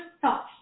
thoughts